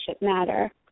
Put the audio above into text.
matter